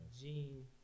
Jean